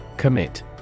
Commit